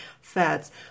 fats